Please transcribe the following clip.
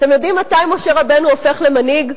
אתם יודעים מתי משה רבנו הופך למנהיג?